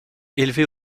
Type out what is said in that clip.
élevée